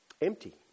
empty